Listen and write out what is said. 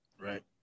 Right